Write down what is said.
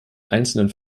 einzelnen